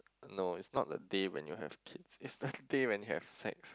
no it's not the day when you have kids it's the day when you have sex